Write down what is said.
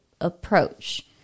approach